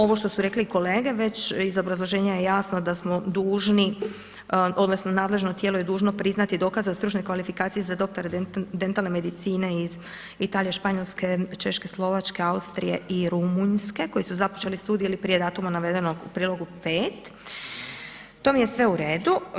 Ovo što su rekle i kolege već iz obrazloženja je jasno da smo dužni odnosno nadležno tijelo je dužno priznati dokaz za stručne kvalifikacije za doktore dentalne medicine iz Italije, Španjolske, Češke, Slovačke, Austrije i Rumunjske koji su započeli studij ili prije datuma navedenog u prijedlogu 5. To mi je sve u redu.